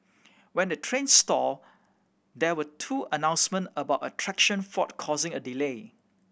when the train stalled there were two announcement about a traction fault causing a delay